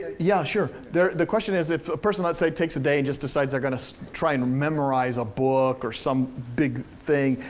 yeah sure. the question is if a person let's say takes a day and just decides they're gonna try and memorize a book or some big thing,